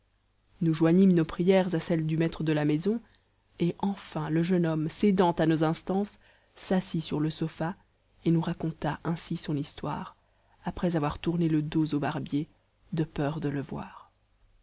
nous joignîmes nos prières à celles du maître de la maison et enfin le jeune homme cédant à nos instances s'assit sur le sofa et nous raconta ainsi son histoire après avoir tourné le dos au barbier de peur de le voir